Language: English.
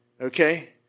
Okay